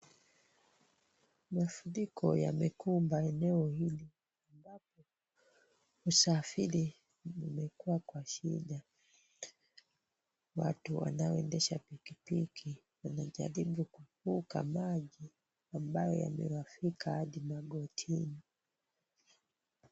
Mafuriko yamekumba eneo hili. Usafiri umekuwa kwa shida. Watu wanaoendesha piki piki wanajaribu kuvuka maji ambayo yamewafika hadi magotini.